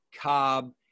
Cobb